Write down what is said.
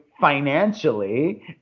financially